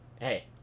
Hey